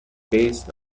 based